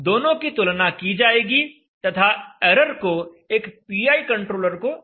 दोनों की तुलना की जाएगी तथा एरर को एक पीआई कंट्रोलर को दिया जाएगा